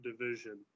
division